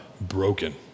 broken